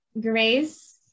Grace